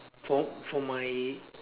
for for my